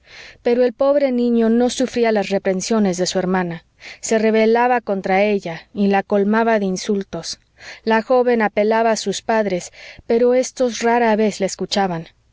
pero el pobre niño no sufría las reprensiones de su hermana se revelaba contra ella y la colmaba de insultos la joven apelaba a sus padres pero éstos rara vez la escuchaban